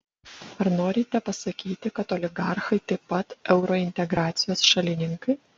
ar norite pasakyti kad oligarchai taip pat eurointegracijos šalininkai